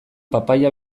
papaia